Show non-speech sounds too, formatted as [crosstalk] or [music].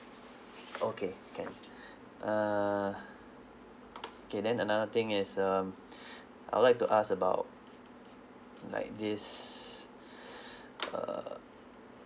okay can err okay then another thing is um I would like to ask about like this [breath] err